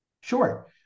Sure